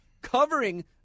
covering